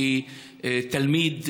כתלמיד,